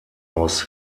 aus